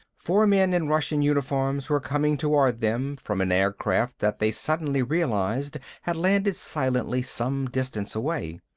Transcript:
four men in russian uniforms were coming toward them from an aircraft that they suddenly realized had landed silently some distance away.